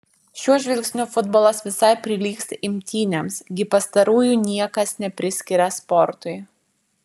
šiuo žvilgsniu futbolas visai prilygsta imtynėms gi pastarųjų niekas nepriskiria sportui